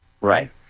right